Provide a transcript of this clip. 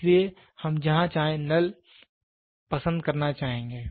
इसलिए हम जहां चाहें नल पसंद करना चाहेंगे